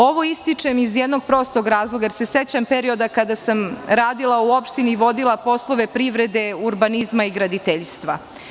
Ovo ističem iz jednog prostog razloga, jer se sećam perioda kada sam radila u opštini, vodila poslove privrede, urbanizma i graditeljstva.